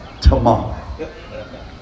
tomorrow